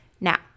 Now